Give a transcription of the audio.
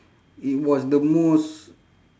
it was the most